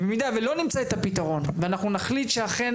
ובמידה ולא נמצא את הפתרון ואנחנו נחליט שאכן